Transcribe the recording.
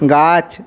গাছ